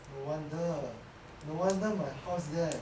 no wonder no wonder my house there